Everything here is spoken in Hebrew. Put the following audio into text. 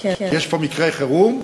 כי יש פה מקרי חירום,